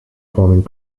farming